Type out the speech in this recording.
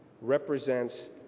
represents